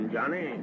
Johnny